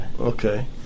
Okay